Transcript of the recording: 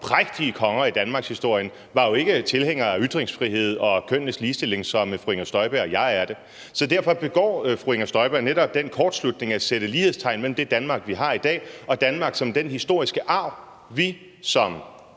prægtige konger i danmarkshistorien, var jo ikke tilhængere af ytringsfrihed og kønnenes ligestilling, som fru Inger Støjberg og jeg er det. Så derfor begår fru Inger Støjberg netop den kortslutning at sætte lighedstegn mellem det Danmark, vi har i dag, og Danmark som den historiske arv, som